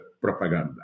propaganda